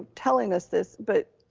um telling us this, but